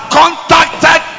contacted